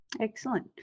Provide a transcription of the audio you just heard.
Excellent